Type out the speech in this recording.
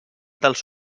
dels